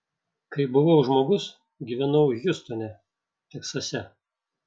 kai buvau žmogus gyvenau hjustone teksase